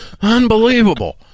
Unbelievable